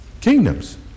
Kingdoms